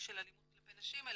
של אלימות כלפי נשים,